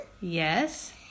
Yes